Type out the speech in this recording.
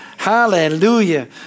Hallelujah